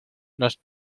nos